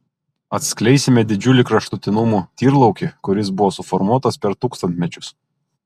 atskleisime didžiulį kraštutinumų tyrlaukį kuris buvo suformuotas per tūkstantmečius